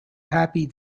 happy